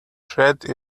shredded